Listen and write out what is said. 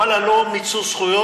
ואללה, לא מיצו זכויות.